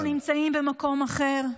אנחנו נמצאים במקום אחר.